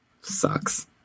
Sucks